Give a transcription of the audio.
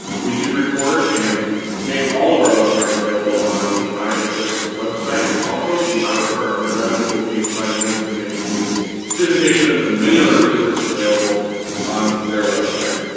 we do record and make all of our webinars available on the ia sourcelink website, also the iowa department of revenue will be providing links and making these presentations and many other resources available on their website.